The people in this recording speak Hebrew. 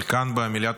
אבל כאן במליאת